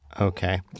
Okay